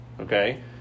okay